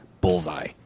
bullseye